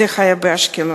זה היה באשקלון,